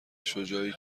شجاعی